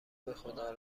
بخدا